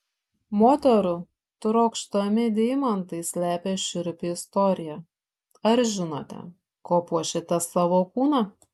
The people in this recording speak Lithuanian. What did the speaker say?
moterų trokštami deimantai slepia šiurpią istoriją ar žinote kuo puošiate savo kūną